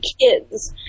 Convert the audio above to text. kids